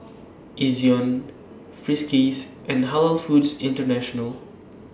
Ezion Friskies and Halal Foods International